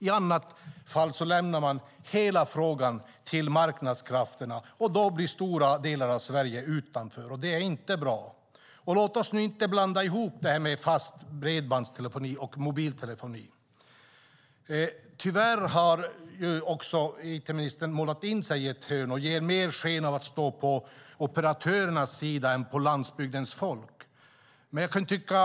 I annat fall lämnar man hela frågan till marknadskrafterna, och då blir stora delar av Sverige utanför. Det är inte bra. Låt oss nu inte blanda ihop fast bredbandstelefoni och mobiltelefoni. Tyvärr har it-ministern målat in sig i ett hörn och ger mer sken av att stå på operatörernas sida än på landsbygdens folks sida.